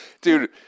Dude